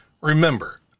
Remember